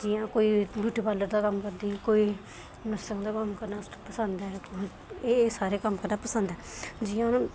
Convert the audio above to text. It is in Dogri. जि'यां कोई ब्यूटी पार्लर दा कम्म करदी कोई नर्सां दा कम्म करना पसंद ऐ एह् एह् कम्म पसंद ऐ जि'यां